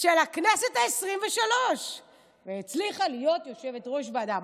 של הכנסת העשרים-וחמש והצליחה להיות יושבת-ראש ועדה.